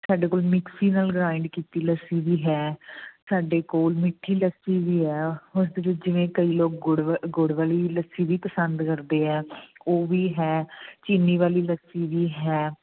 ਸਾਡੇ ਕੋਲ ਮਿਕਸੀ ਨਾਲ ਗ੍ਰਾਈਂਡ ਕੀਤੀ ਲੱਸੀ ਵੀ ਹੈ ਸਾਡੇ ਕੋਲ ਮਿੱਠੀ ਲੱਸੀ ਵੀ ਹੈ ਹੁਣ ਜਿਵੇਂ ਕਈ ਲੋਕ ਗੁੜ ਵ ਗੁੜ ਵਾਲੀ ਲੱਸੀ ਵੀ ਪਸੰਦ ਕਰਦੇ ਹੈ ਉਹ ਵੀ ਹੈ ਚੀਨੀ ਵਾਲੀ ਲੱਸੀ ਵੀ ਹੈ